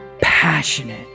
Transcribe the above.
passionate